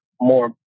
more